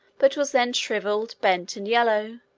but was then shrivelled, bent, and yellow,